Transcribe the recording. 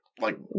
like-